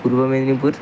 Purba Medinipur